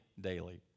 daily